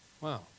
Wow